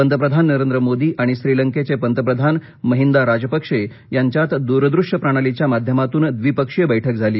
पंतप्रधान नरेंद्र मोदी आणि श्रीलंकेचे पंतप्रधान महिंदा राजपक्षे यांच्यात दृरदृश्य प्रणालीच्या माध्यमातून द्विपक्षीय बह्क झाली